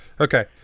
Okay